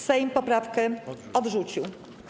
Sejm poprawkę odrzucił.